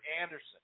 Anderson